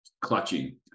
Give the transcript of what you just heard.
clutching